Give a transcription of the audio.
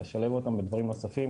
לשלב אותם בדברים נוספים,